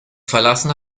verlassen